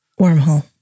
Wormhole